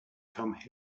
come